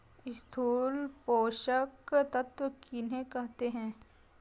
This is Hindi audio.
स्थूल पोषक तत्व किन्हें कहते हैं?